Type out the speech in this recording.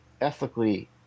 ethically